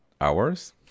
hours